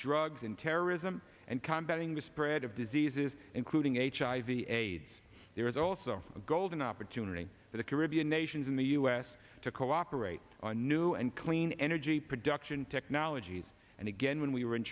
drugs and terrorism and combat english spread of diseases including a hiv aids there is also a golden opportunity for the caribbean nations in the u s to cooperate on new and clean energy production technologies and again when we were in